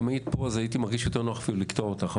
אם היית פה אז הייתי מרגיש יותר נוח אפילו לקטוע אותך,